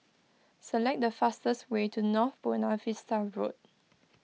select the fastest way to North Buona Vista Road